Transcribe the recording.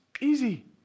Easy